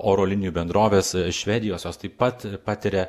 oro linijų bendrovės švedijos jos taip pat patiria